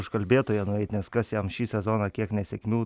užkalbėtoją nueit nes kas jam šį sezoną kiek nesėkmių